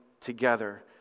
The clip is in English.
together